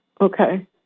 okay